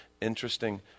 interesting